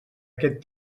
aquest